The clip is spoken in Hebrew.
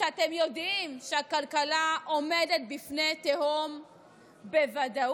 כשאתם יודעים שהכלכלה עומדת בפני תהום בוודאות.